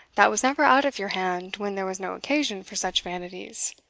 that was never out of your hand when there was no occasion for such vanities?